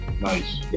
nice